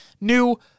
new